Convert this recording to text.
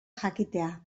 jakitea